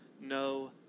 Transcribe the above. no